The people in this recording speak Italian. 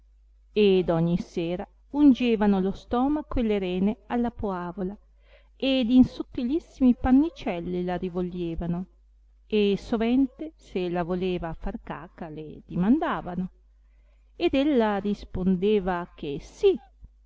ed ogni sera ungevano lo stomaco e le rene alla poavola ed in sottilissimi pannicelli la rivoglievano e sovente se la voleva far caca le dimandavano ed ella rispondeva che sì